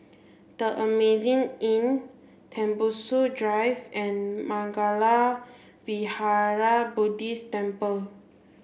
the Amazing Inn Tembusu Drive and Mangala Vihara Buddhist Temple